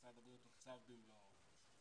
משרד הבריאות תוקצב במלואו.